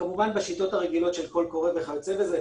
כמובן בשיטות הרגילות של קול קורא וכיוצא בזה,